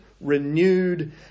renewed